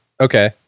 Okay